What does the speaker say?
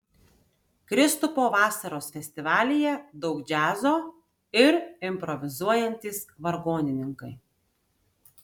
kristupo vasaros festivalyje daug džiazo ir improvizuojantys vargonininkai